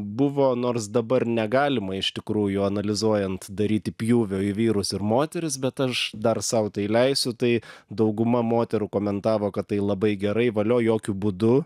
buvo nors dabar negalima iš tikrųjų analizuojant daryti pjūvio į vyrus ir moteris bet aš dar sau tai leisiu tai dauguma moterų komentavo kad tai labai gerai valio jokiu būdu